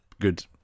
good